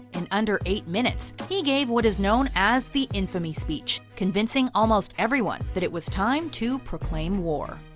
in under eight minutes he gave what is known as the infamy speech, convincing almost everyone that it was time to proclaim war.